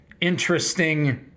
interesting